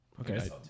Okay